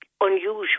unusual